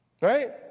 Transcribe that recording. Right